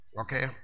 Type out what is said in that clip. Okay